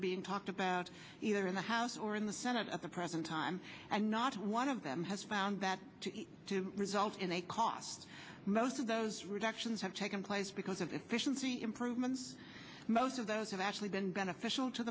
are being talked about either in the house or in the senate at the present time and not one of them has found that to result in a cost most of those reductions have taken place because of efficiency improvements most of those have actually been beneficial to